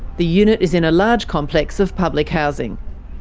the unit is in a large complex of public housing.